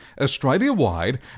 Australia-wide